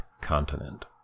continent